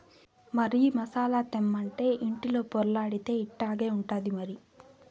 మరి మసాలా తెమ్మంటే ఇంటిలో పొర్లాడితే ఇట్టాగే ఉంటాది మరి